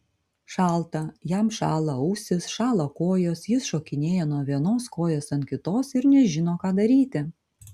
šalta jam šąla ausys šąla kojos jis šokinėja nuo vienos kojos ant kitos ir nežino ką daryti